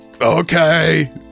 Okay